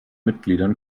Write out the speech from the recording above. mitgliedern